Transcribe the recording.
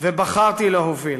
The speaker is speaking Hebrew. ובחרתי להוביל.